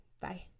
Bye